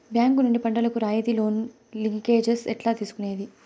Bank నుండి పంటలు కు రాయితీ లోను, లింకేజస్ ఎట్లా తీసుకొనేది?